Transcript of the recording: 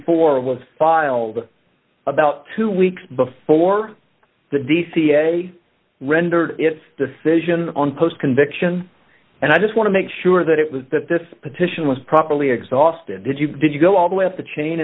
four was filed about two weeks before the dca rendered its decision on post conviction and i just want to make sure that it was that this petition was properly exhausted did you did you go all the way up the chain